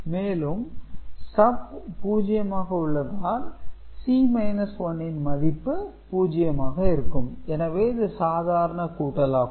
மேலும் SUB 0 ஆக உள்ளதால் C 1 ன் மதிப்பு 0 ஆக இருக்கும் எனவே இது சாதாரண கூட்டல் ஆகும்